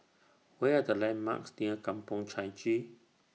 What Are The landmarks near Kampong Chai Chee